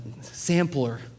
sampler